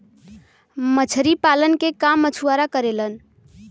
मछरी पालन के काम मछुआरा करेलन